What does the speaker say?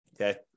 Okay